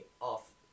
off